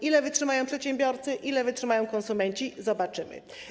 Ile wytrzymają przedsiębiorcy, ile wytrzymają konsumenci, zobaczymy.